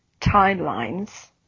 timelines